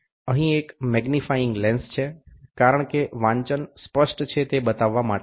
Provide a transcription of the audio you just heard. અહીં એક magnifying lens છે કારણ કે વાંચન સ્પષ્ટ છે તે બતાવવા માટે